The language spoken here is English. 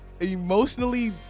emotionally